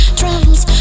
travels